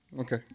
Okay